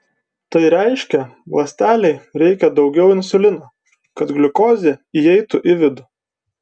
tai reiškia ląstelei reikia daugiau insulino kad gliukozė įeitų į vidų